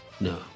No